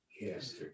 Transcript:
Yes